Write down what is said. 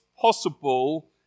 possible